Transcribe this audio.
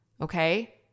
Okay